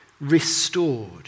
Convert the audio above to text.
restored